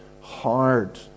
hard